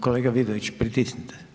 Kolega Vidović, pritisnite.